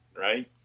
right